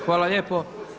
Hvala lijepo.